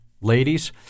ladies